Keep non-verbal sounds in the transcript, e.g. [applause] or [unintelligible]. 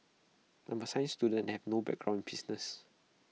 I'm A science student [unintelligible] no background business